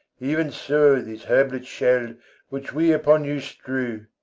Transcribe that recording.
even so these herblets shall which we upon you strew.